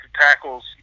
tackles